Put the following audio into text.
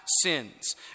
sins